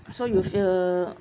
so you fear